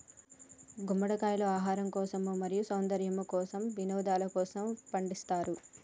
గుమ్మడికాయలు ఆహారం కోసం, మరియు సౌందర్యము కోసం, వినోదలకోసము పండిస్తారు